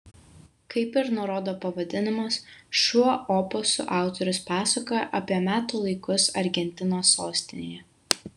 kaip ir nurodo pavadinimas šiuo opusu autorius pasakoja apie metų laikus argentinos sostinėje